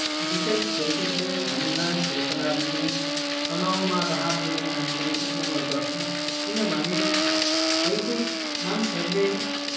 विशेष खेलकुदले हामी मानिसहरूको लागि चाहिँ तनावमा राहत दिने काम चाहिँ एक नम्बर गर्छ किनभने खेलकुद मानिसहरूले